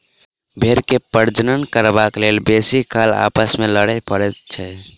भेंड़ के प्रजनन करबाक लेल बेसी काल आपस मे लड़य पड़ैत छै